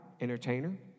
entertainer